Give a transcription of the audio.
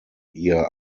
hier